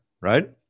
right